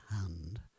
hand